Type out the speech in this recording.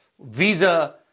Visa